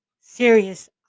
serious